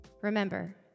Remember